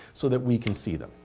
so that we can see them.